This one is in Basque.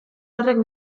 horrek